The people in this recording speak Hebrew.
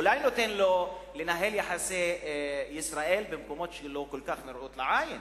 אולי הוא נותן לו לנהל את יחסי ישראל במקומות שלא כל כך נראים לעין,